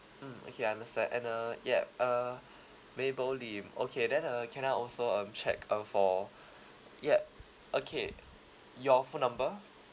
mm okay I understand and uh yup uh mabel lim okay then uh can I also um check uh for yup okay your phone number